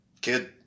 kid